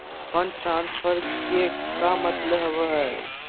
Fund transfer के का मतलब होव हई?